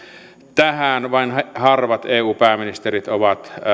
tähän vain harvat eu pääministerit ovat